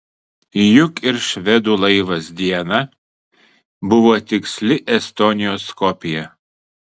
juk ir švedų laivas diana buvo tiksli estonijos kopija